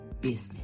business